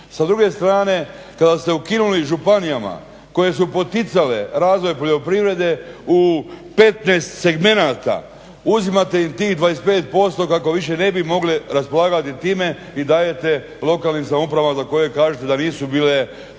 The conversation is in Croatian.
Sa druge strane kada ste ukinuli županijama koje su poticale razvoj poljoprivrede u 15 segmenata, uzimate im tih 25% kako više ne bi mogle raspolagati time i dajete lokalnim samoupravama koje kažu da nisu bile